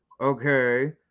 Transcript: Okay